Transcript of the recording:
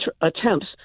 attempts